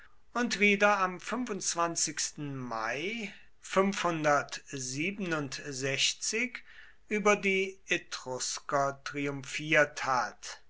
und wieder am mai über die etrusker triumphiert hat